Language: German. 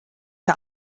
der